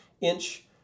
inch